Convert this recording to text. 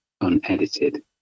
unedited